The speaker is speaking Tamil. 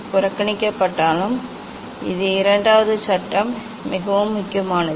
புறக்கணிக்கப்பட்டாலும் இந்த இரண்டாவது சட்டம் மிகவும் முக்கியமானது